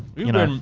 you know.